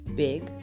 big